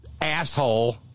asshole